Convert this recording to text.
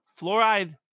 fluoride